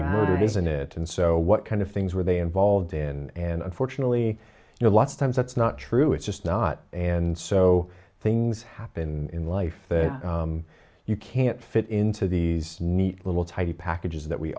good isn't it and so what kind of things were they involved in and unfortunately you know a lot of times that's not true it's just not and so things happen in life that you can't fit into these neat little tiny packages that we